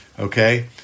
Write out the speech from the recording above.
Okay